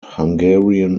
hungarian